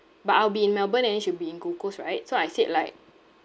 but I'll be in melbourne and then she'll be in gold coast right so I said like